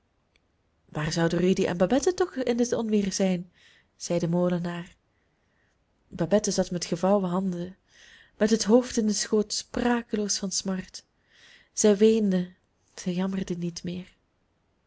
waar zouden rudy en babette toch in dit onweer zijn zei de molenaar babette zat met gevouwen handen met het hoofd in den schoot sprakeloos van smart zij weende zij jammerde niet meer